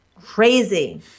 Crazy